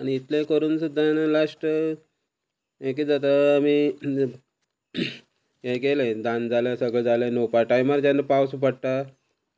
आनी इतले करून सुद्दां लास्ट हें कितें जाता आमी हे केले धान जालें सगळे जालें न्होवपा टायमार जेन्ना पावस पडटा